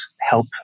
help